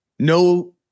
No